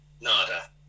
Nada